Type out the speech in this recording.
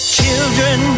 children